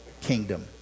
kingdom